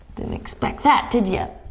didn't expect that did you?